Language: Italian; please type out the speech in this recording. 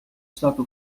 stato